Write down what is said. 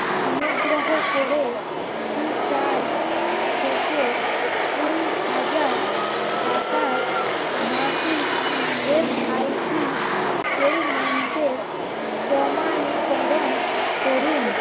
অনুগ্রহ করে ফ্রিচার্জ থেকে কুড়ি হাজার টাকার মাসিক এসআইপি পেমেন্টের প্রমাণীকরণ করুন